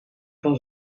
van